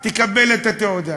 תקבל את התעודה.